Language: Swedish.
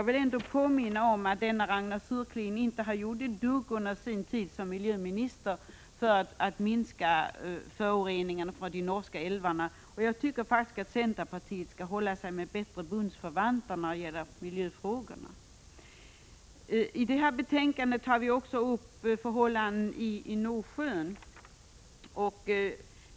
Men Rakel Surlien har inte gjort ett dugg under sin tid som miljöminister för att minska föroreningarna från de norska älvarna. Jag tycker faktiskt att centerpartiet skall hålla sig med bättre bundsförvanter när det gäller miljöfrågor. I detta betänkande tar vi också upp förhållandena i Nordsjön.